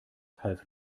half